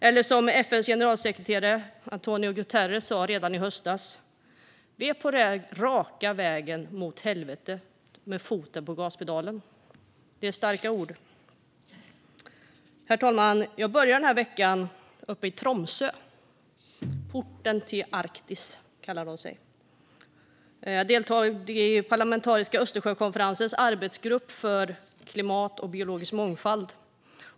Eller som FN:s generalsekreterare António Guterres sa redan i höstas: Vi är på väg rakt mot helvetet med foten på gaspedalen. Det är starka ord. Herr talman! Jag började denna vecka uppe i Tromsø - porten till Arktis kallas det. Jag deltog i den parlamentariska Östersjökonferensens arbetsgrupp för klimat och biologisk mångfald.